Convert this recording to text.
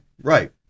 Right